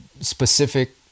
specific